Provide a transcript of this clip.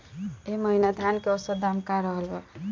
एह महीना धान के औसत दाम का रहल बा?